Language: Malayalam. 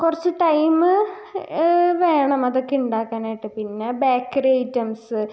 കുറച്ച് ടൈമ് വേണം അതൊക്കെ ഉണ്ടാക്കാനായിട്ട് പിന്നെ ബേക്കറി ഐറ്റംസ്സ്